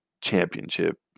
championship